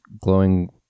glowing